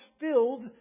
filled